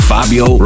Fabio